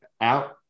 out